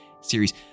series